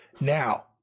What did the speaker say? now